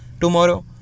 Tomorrow